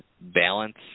balance